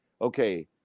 okay